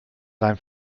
rein